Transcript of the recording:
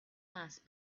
mass